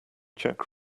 czech